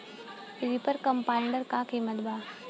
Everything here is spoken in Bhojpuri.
रिपर कम्बाइंडर का किमत बा?